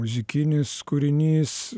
muzikinis kūrinys